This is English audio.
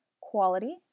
Quality